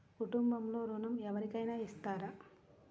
కుటుంబంలో ఋణం ఎవరికైనా ఇస్తారా?